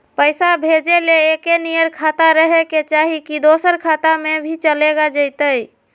पैसा भेजे ले एके नियर खाता रहे के चाही की दोसर खाता में भी चलेगा जयते?